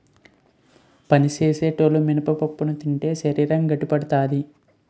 పని సేసేటోలు మినపప్పులు తింటే శరీరం గట్టిపడతాది